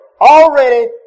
already